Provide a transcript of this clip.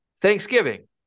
Thanksgiving